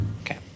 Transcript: Okay